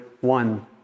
one